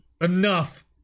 enough